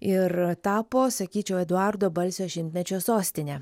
ir tapo sakyčiau eduardo balsio šimtmečio sostinė